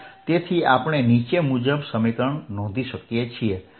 તેથી આપણે નીચે મુજબ સમીકરણ નોંધીએ